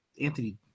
Anthony